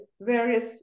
various